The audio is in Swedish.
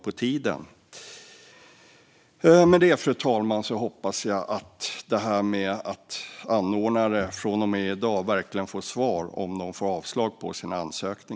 Med det sagt, fru talman, hoppas jag att anordnare från och med i dag får svar om de får avslag på sin ansökan.